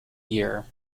year